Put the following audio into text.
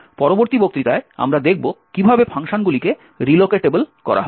পরবর্তী বক্তৃতায় আমরা দেখব কিভাবে ফাংশনগুলিকে রিলোকেটেবল করা হয়